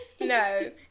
No